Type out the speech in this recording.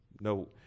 no